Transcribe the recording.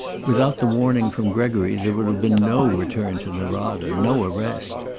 without the warning from gregory there would have been no return to norada, no arrest.